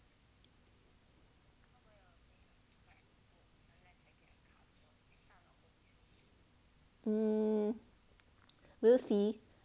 um we'll see